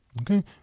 okay